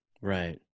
right